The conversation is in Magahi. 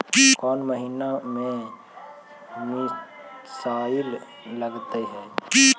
कौन महीना में मिसाइल लगते हैं?